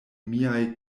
miaj